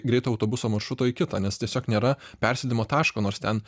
greito autobuso maršruto į kitą nes tiesiog nėra persėdimo taško nors ten